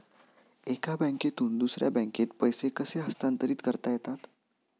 एका बँकेतून दुसऱ्या बँकेत पैसे कसे हस्तांतरित करता येतात?